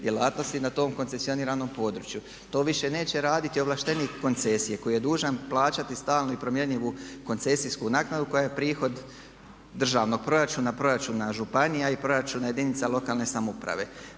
djelatnosti na tom koncesioniranom području. To više neće raditi ovlaštenik koncesije koji je dužan plaćati stalnu i promjenjivu koncesijsku naknadu koja je prihod državnog proračuna, proračuna županija i proračuna jedinica lokalne samouprave.